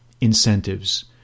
incentives